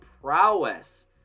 prowess